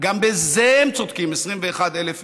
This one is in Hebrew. גם בזה הם צודקים, 21,000 איש,